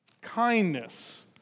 kindness